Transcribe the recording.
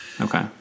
okay